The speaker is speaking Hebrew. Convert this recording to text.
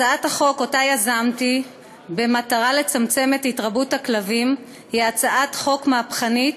הצעת החוק שיזמתי במטרה לצמצם את התרבות הכלבים היא הצעת חוק מהפכנית,